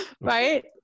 Right